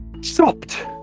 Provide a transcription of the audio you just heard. stopped